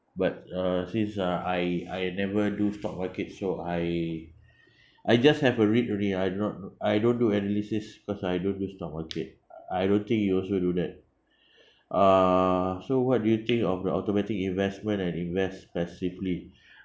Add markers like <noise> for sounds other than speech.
but uh since uh I I never do stock market so I <breath> I just have a read I do not know I don't do analysis because I don't do stock market I don't think you also do that <breath> uh so what do you think of your automatic investment and invest passively